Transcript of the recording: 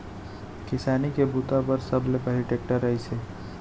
किसानी के बूता बर सबले पहिली टेक्टर आइस हे